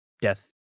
death